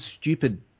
stupid